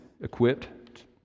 equipped